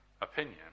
opinion